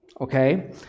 okay